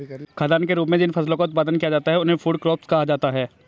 खाद्यान्न के रूप में जिन फसलों का उत्पादन किया जाता है उन्हें फूड क्रॉप्स कहा जाता है